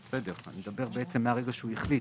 ואני מדבר על מה שקורה מרגע שהוא החליט.